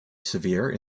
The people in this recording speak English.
severe